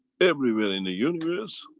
everywhere in the universe,